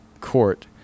Court